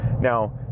Now